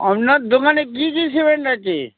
আপনার দোকানে কী কি সিমেন্ট আছে